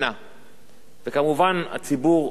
מובן שהציבור לא קיבל את הרעיון הזה.